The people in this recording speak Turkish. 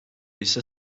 ise